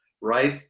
right